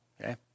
okay